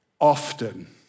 often